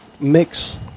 mix